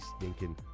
stinking